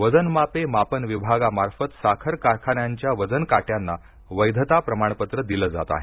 वजनमापे मापन विभागामार्फत साखर कारखान्यांच्या वजनकाट्यांना वैधता प्रमाणपत्र दिलं जात आहे